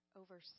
over